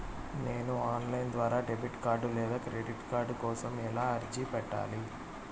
నేను online ద్వారా debit card లేదా క్రెడిట్ కార్డు కోసం ఎలా అర్జీ పెట్టాలి?